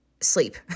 sleep